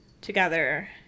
together